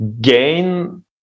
gain